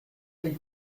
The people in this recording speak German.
der